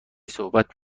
صحبت